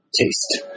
taste